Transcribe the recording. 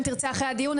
אם תרצה אחרי הדיון,